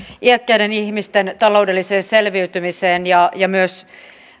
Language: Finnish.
iäkkäiden ihmisten taloudelliseen selviytymiseen ja ja myös